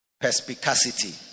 perspicacity